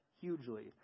hugely